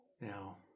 Now